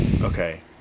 Okay